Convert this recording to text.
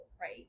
right